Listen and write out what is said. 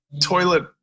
toilet